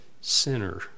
sinner